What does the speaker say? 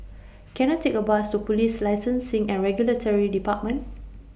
Can I Take A Bus to Police Licensing and Regulatory department